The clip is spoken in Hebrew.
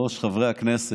מולא